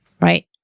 right